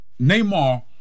Neymar